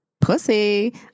Pussy